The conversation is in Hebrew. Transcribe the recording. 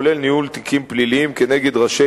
כולל ניהול תיקים פליליים כנגד ראשי